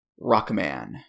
Rockman